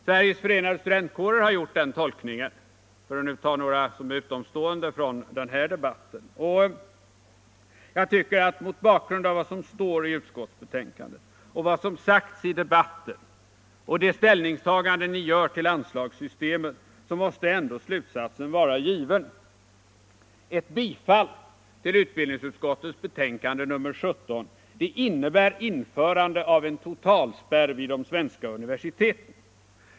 Sveriges förenade studentkårer har gjort den tolkningen för att nu ta några som är utomstående från denna debatt. Mot bakgrund av vad som står i utskottsbetänkandet, vad som sagts i debatten och det ställningstagande som utskottet gör till anslagssystemet måste ändå slutsatsen vara given: Ett bifall till utbildningsutskottets betänkande nr 17 innebär införande av en totalspärr vid de svenska universiteten.